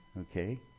okay